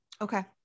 okay